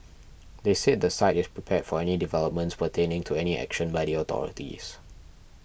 they said the site is prepared for any developments pertaining to any action by the authorities